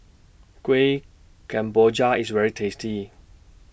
Kuih Kemboja IS very tasty